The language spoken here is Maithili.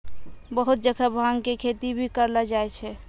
बहुत जगह भांग के खेती भी करलो जाय छै